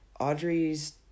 Audrey's